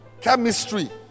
Chemistry